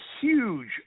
huge